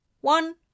One